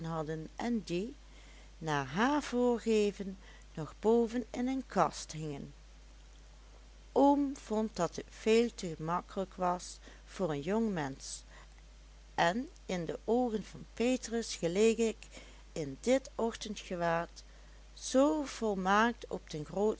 en die naar haar voorgeven nog boven in een kast hingen oom vond dat het veel te gemakkelijk was voor een jong mensch en in de oogen van petrus geleek ik in dit ochtendgewaad zoo volmaakt op de